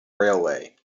railway